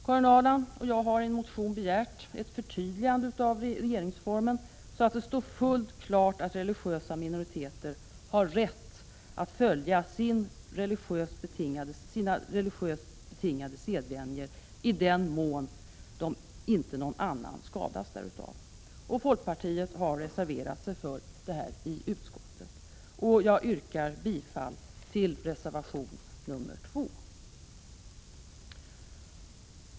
Karin Ahrland och jag har i en motion begärt ett förtydligande av regeringsformen så att det står fullt klart att religiösa minoriteter har rätt att följa sina religiöst betingade sedvänjor i den mån inte någon annan skadas därav. Folkpartiet har reserverat sig för detta i utskottet. Jag yrkar bifall till reservation 2.